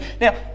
Now